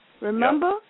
Remember